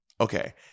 Okay